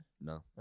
No